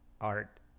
art